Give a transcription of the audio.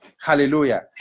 Hallelujah